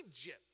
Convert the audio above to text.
Egypt